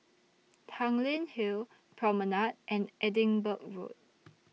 Tanglin Hill Promenade and Edinburgh Road